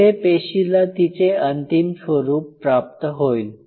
इथे पेशीला तिचे अंतिम स्वरूप प्राप्त होईल